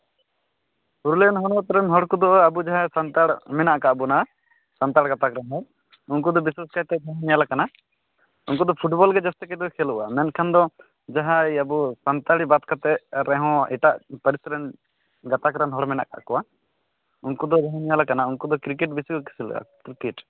ᱯᱩᱨᱩᱞᱤᱭᱟᱹ ᱦᱚᱱᱚᱛ ᱨᱮᱱ ᱦᱚᱲ ᱠᱚᱫᱚ ᱟᱵᱚ ᱡᱟᱦᱟᱸᱭ ᱥᱟᱱᱛᱟᱲ ᱢᱮᱱᱟᱜ ᱠᱟᱫ ᱵᱚᱱᱟ ᱥᱟᱱᱛᱟᱲ ᱜᱟᱛᱟᱠ ᱨᱮᱱ ᱦᱚᱲ ᱩᱱᱠᱩ ᱫᱚ ᱵᱤᱥᱮᱥ ᱠᱟᱭᱛᱮ ᱧᱮᱞᱟᱠᱟᱱᱟ ᱩᱱᱠᱩ ᱫᱚ ᱯᱷᱩᱴᱵᱚᱞ ᱜᱮ ᱡᱟᱹᱥᱛᱤ ᱠᱟᱭᱛᱮᱠᱚ ᱠᱷᱮᱹᱞᱳᱜᱼᱟ ᱢᱮᱱᱠᱷᱟᱱ ᱫᱚ ᱡᱟᱦᱟᱸᱭ ᱟᱵᱚ ᱥᱟᱱᱛᱟᱲᱤ ᱵᱟᱫᱽ ᱠᱟᱛᱮ ᱨᱮᱦᱚᱸ ᱮᱴᱟᱜ ᱯᱟᱹᱨᱤᱥ ᱨᱮᱱ ᱜᱟᱛᱟᱠ ᱨᱮᱱ ᱦᱚᱲ ᱢᱮᱱᱟᱜ ᱠᱟᱫ ᱠᱚᱣᱟ ᱩᱱᱠᱩ ᱫᱚ ᱡᱟᱦᱟᱸ ᱧᱮᱞᱟᱠᱟᱱᱟ ᱠᱨᱤᱠᱮᱴ ᱵᱤᱥᱤ ᱠᱚ ᱠᱷᱮᱞᱳᱜᱼᱟ ᱠᱨᱤᱠᱮᱴ